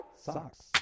Socks